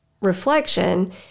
reflection